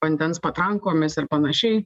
vandens patrankomis ir panašiai